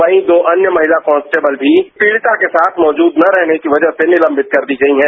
वहीं दो अन्य महिला कास्टेबल भी पीडिता के साथ मौजूद न रहने की वजह से निलंबित कर दी गई हैं